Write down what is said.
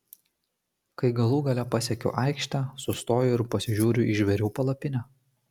kai galų gale pasiekiu aikštę sustoju ir pasižiūriu į žvėrių palapinę